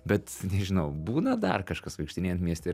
bet nežinau būna dar kažkas vaikštinėjant mieste ir